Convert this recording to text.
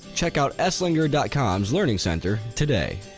check out esslinger dot com learning center today.